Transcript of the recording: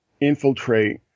infiltrate